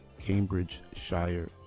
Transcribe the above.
Cambridgeshire